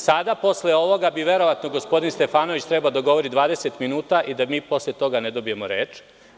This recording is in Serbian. Sada posle ovoga bi, verovatno, gospodin Stefanović trebalo da govori 20 minuta i da mi posle toga ne dobijemo reč.